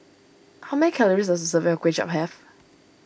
how many calories does a serving of Kway Chap have